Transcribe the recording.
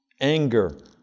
Anger